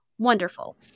Wonderful